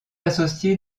associé